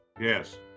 Yes